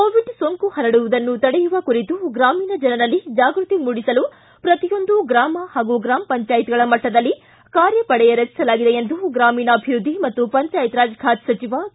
Covid ಸೋಂಕು ಪರಡುವುದನ್ನು ತಡೆಯುವ ಕುರಿತು ಗ್ರಾಮೀಣ ಜನರಲ್ಲಿ ಜಾಗ್ಯತಿ ಮೂಡಿಸಲು ಪ್ರತಿಯೊಂದು ಗ್ರಾಮ ಹಾಗೂ ಗ್ರಾಮ ಪಂಚಾಯತ್ಗಳ ಮಟ್ಟದಲ್ಲಿ ಕಾರ್ಯಪಡೆ ರಚಿಸಲಾಗಿದೆ ಎಂದು ಗ್ರಾಮೀಣಾಭಿವ್ಯದ್ದಿ ಮತ್ತು ಪಂಚಾಯತ್ರಾಜ್ ಖಾತೆ ಸಚಿವ ಕೆ